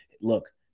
look